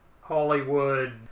Hollywood